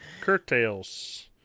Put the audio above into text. Curtails